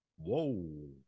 whoa